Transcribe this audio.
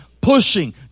pushing